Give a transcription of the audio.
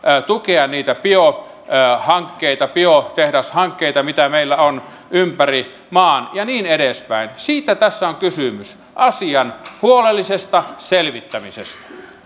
tukea niitä biohankkeita biotehdashankkeita mitä meillä on ympäri maan ja niin edespäin on kysymys asian huolellisesta selvittämisestä